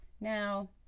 now